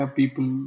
people